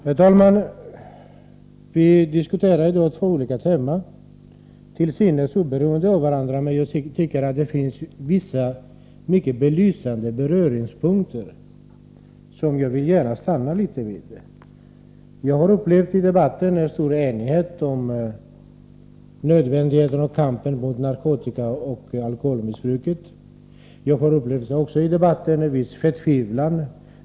Herr talman! Vi diskuterar i dag två olika teman till synes oberoende av varandra. Men jag tycker att det finns vissa mycket belysande beröringspunkter, som jag gärna vill stanna vid. Jag har i debatten upplevt en stor enighet om nödvändigheten av kampen mot narkotikaoch alkoholmissbruk. Jag har också upplevt en viss förtvivlan.